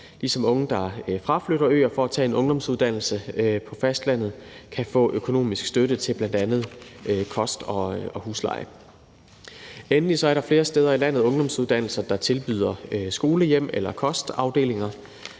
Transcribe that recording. ligesom unge, der fraflytter øer for at tage en ungdomsuddannelse på fastlandet, kan få økonomisk støtte til bl.a. kost og husleje. Endelig er der flere steder i landet ungdomsuddannelser, der tilbyder skolehjem eller har kostafdelinger.